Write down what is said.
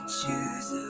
choose